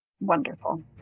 Wonderful